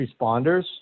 responders